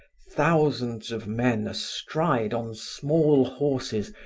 thousands of men astride on small horses,